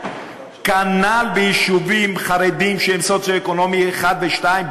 כנ"ל ביישובים חרדיים שהם במצב סוציו-אקונומי 1 ו-2.